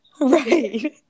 right